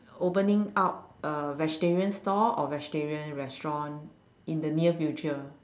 opening up a vegetarian store or vegetarian restaurant in the near future